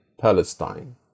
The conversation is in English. Palestine